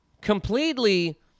Completely